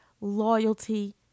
loyalty